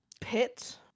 pit